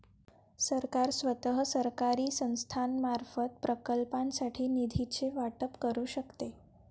सरकार स्वतः, सरकारी संस्थांमार्फत, प्रकल्पांसाठी निधीचे वाटप करू शकते